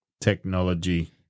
Technology